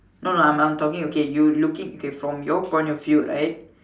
no no I'm I'm talking okay you looking okay from your point of view right